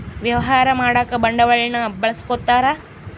ವ್ಯವಹಾರ ಮಾಡಕ ಬಂಡವಾಳನ್ನ ಬಳಸ್ಕೊತಾರ